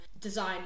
design